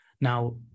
Now